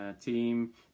team